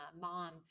mom's